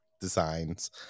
designs